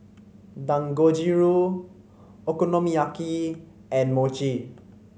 Dangojiru Okonomiyaki and Mochi